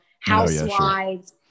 housewives